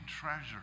treasure